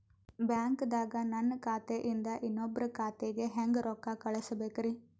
ಬ್ಯಾಂಕ್ದಾಗ ನನ್ ಖಾತೆ ಇಂದ ಇನ್ನೊಬ್ರ ಖಾತೆಗೆ ಹೆಂಗ್ ರೊಕ್ಕ ಕಳಸಬೇಕ್ರಿ?